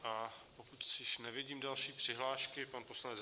A pokud již nevidím další přihlášky pan poslanec Hrnčíř.